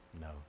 No